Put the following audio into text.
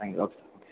thank you okay